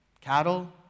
cattle